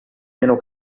meno